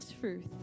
truth